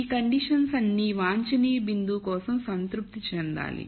ఈ కండిషన్ అన్నివాంఛనీయ బిందువు కోసం సంతృప్తి చెందాలి